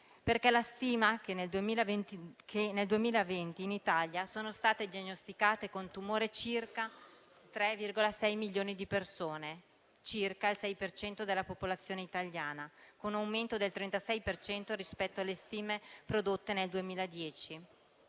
La stima è che nel 2020 in Italia sono state diagnosticate con tumore circa 3,6 milioni di persone, circa il 6 per cento della popolazione italiana, con un aumento del 36 per cento rispetto alle stime prodotte nel 2010.